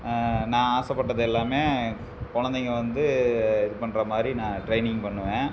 நான் ஆசைப்பட்டது எல்லாமே குழந்தைங்க வந்து இது பண்ணுற மாதிரி நான் ட்ரைனிங் பண்ணுவேன்